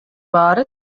баары